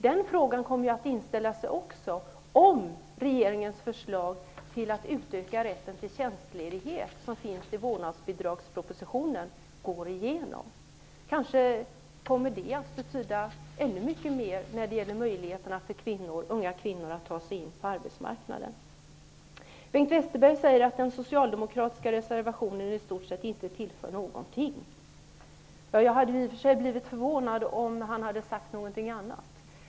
Den frågan kommer också att ställas om regeringens förslag till att utöka rätten till tjänstledighet, som finns i vårdnadsbidragspropositionen, går igenom. Kanske kommer det att betyda ännu mera för unga kvinnors möjligheter att ta sig in på arbetsmarknaden. Bengt Westerberg säger att den socialdemokratiska reservationen i stort sett inte tillför någonting. Jag skulle i och för sig ha blivit förvånad om han hade sagt någonting annat.